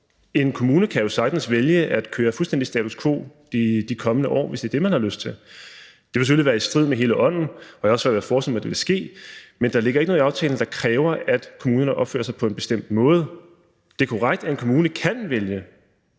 En kommune kan jo sagtens vælge at køre fuldstændig status quo de kommende år, hvis det er det, man har lyst til. Det vil selvfølgelig være i strid med hele ånden, og jeg har også svært ved at forestille mig, at det vil ske, men der ligger ikke noget i aftalen, der kræver, at kommunerne opfører sig på en bestemt måde. Det er korrekt, at en kommune kan vælge